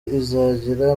izagira